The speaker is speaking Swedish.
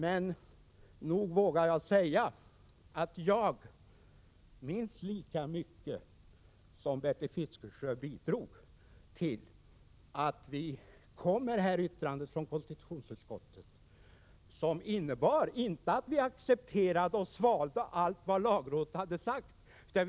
Men jag vågar nog säga att jag minst lika mycket som Bertil Fiskesjö bidrog till att vi kom med ett yttrande från konstitutionsutskottet, som innebar att vi inte accepterade och svalde allt vad lagrådet sade.